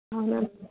అవునా మేడం